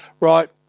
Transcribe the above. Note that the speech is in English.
right